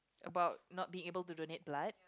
about not being able to donate blood